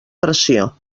versió